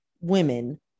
women